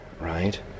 right